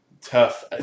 tough